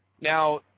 Now